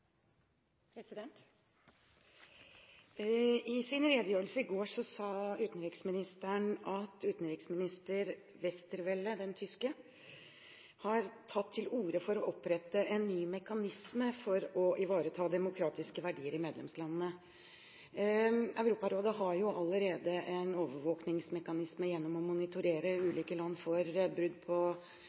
I sin redegjørelse i forgårs sa utenriksministeren at den tyske utenriksministeren Westervelle har tatt til orde for å opprette en ny mekanisme for å ivareta demokratiske verdier i medlemslandene. Europarådet har jo allerede en overvåkningsmekanisme gjennom å monitorere ulike land for brudd på